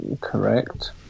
Correct